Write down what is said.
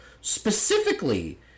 specifically